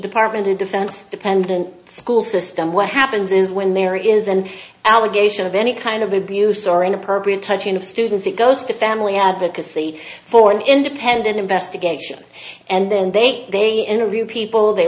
department of defense dependent school system what happens is when there is an allegation of any kind of abuse or inappropriate touching of students it goes to family advocacy for an independent investigation and then they they interview people they